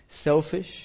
selfish